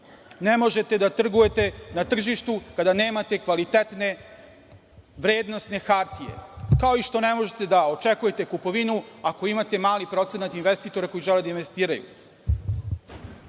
Ne možete da funkcionišete na tržištu kada nemate kvalitetne vrednosne hartije, kao i što ne možete da očekujete kupovinu ako imate mali procenat investitora koji žele da investiraju. Oko